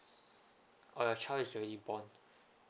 or your child is already born